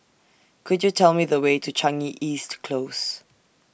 Could YOU Tell Me The Way to Changi East Close